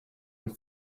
been